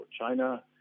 China